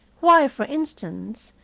why, for instance,